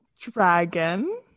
Dragon